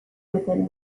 within